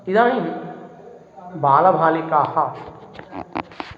इदानीं बालबालिकाः